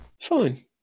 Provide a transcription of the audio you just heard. fine